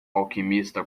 alquimista